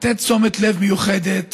לתת תשומת לב מיוחדת